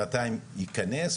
שנתיים ייכנס,